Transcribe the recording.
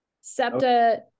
SEPTA